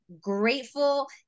grateful